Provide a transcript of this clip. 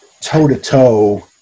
toe-to-toe